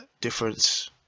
difference